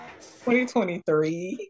2023